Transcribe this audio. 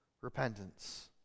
repentance